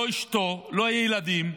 לא אשתו ולא הילדים.